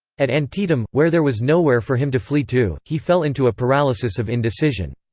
at antietam, where there was nowhere for him to flee to, he fell into a paralysis of indecision.